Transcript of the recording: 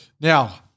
Now